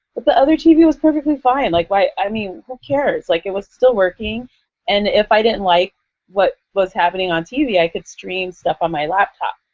but the other tv was perfectly fine, like i mean who cares. like it was still working and if i didn't like what was happening on tv, i could stream stuff on my laptop.